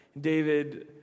David